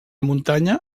muntanya